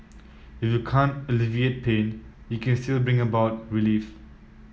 if you can't alleviate pain you can still bring about relief